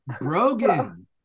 brogan